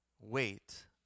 wait